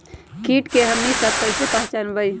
किट के हमनी सब कईसे पहचान बई?